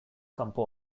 kanpo